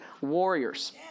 Warriors